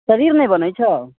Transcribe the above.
शरीर नहि बनै छौ